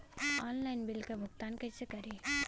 Online bill क भुगतान कईसे करी?